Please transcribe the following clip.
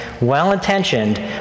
well-intentioned